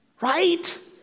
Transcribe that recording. Right